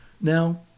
Now